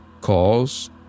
Calls